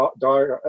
dark